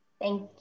Thank